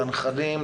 לנכדים,